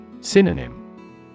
Synonym